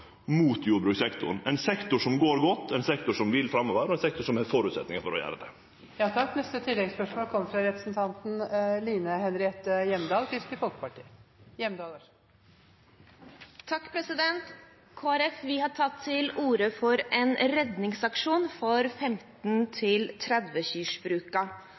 mot jordbrukssektoren – ein sektor som går godt, ein sektor som vil framover, ein sektor som har føresetnader for å gjere det. Line Henriette Hjemdal – til oppfølgingsspørsmål. Kristelig Folkeparti har tatt til orde for en redningsaksjon for